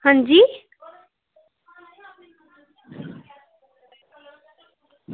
आं जी